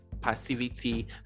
passivity